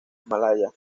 himalaya